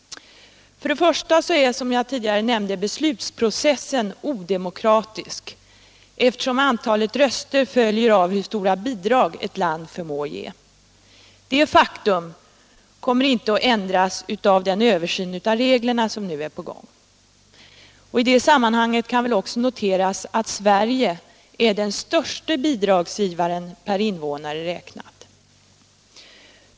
För det första är beslutsprocessen, som jag tidigare nämnt, odemokratisk, eftersom antalet röster bestäms av hur stora bidrag ett land förmår ge. Detta faktum kommer inte att ändras av den översyn av reglerna som nu är på gång. I sammanhanget kan det kanske också noteras att Sverige är den störste bidragsgivaren per invånare räknat.